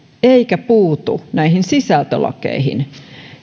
eikä puutu näihin sisältölakeihin